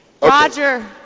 Roger